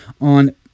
on